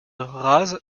rase